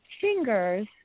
fingers